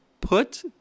Put